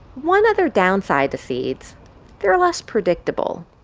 one other downside to seeds they're less predictable.